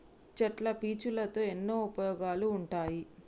చెట్ల పీచులతో ఎన్నో ఉపయోగాలు ఉంటాయి